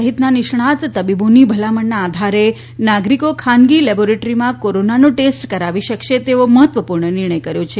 સહિતના નિષ્ણાંત તબીબોની ભલામણના આધારે નાગરીકો ખાનગી લેબમાં કોરોનાનો ટેસ્ટ કરાવી શકશે તેવો મહત્વપૂર્ણ નિર્ણય કર્યો છે